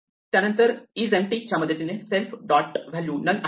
त्यानंतर इजएम्पटी च्या मदतीने सेल्फ डॉट व्हॅल्यू नन आहे का